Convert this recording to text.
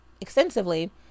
extensively